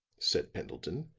said pendleton,